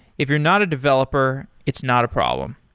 if you're not a developer, it's not a problem.